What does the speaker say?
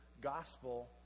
gospel